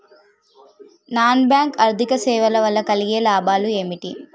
Non bank ఆర్థిక సేవల వల్ల కలిగే లాభాలు ఏమిటి?